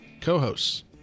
co-hosts